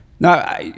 Now